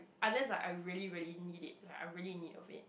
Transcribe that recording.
unless like I really really need it like I really need of it